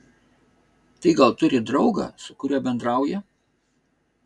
tai gal turi draugą su kuriuo bendrauja